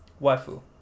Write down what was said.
Waifu